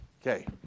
Okay